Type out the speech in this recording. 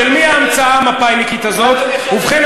ובכן,